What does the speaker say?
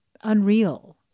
unreal